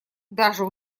даже